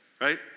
right